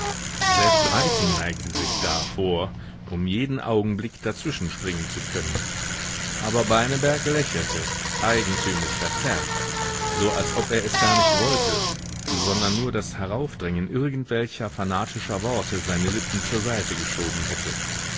selbst reiting neigte sich da vor um jeden augenblick dazwischen springen zu können aber beineberg lächelte eigentümlich verzerrt so als ob er es gar nicht wollte sondern nur das heraufdrängen irgendwelcher fanatischer worte seine lippen zur seite geschoben hätte